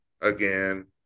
again